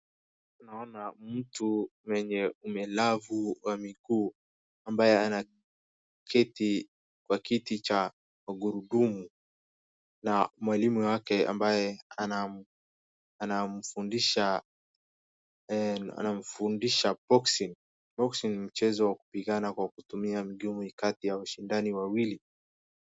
Naona mtu mwenye umelavu wa miguu ambaye anaketi kwa kiti cha magurudumu na mwalimu wake ambaye anamfudisha boxing . Boxing ni mchezo wa kupingana kwa kutumia ngumi kati ya washindani wawili.